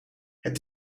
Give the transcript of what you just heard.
het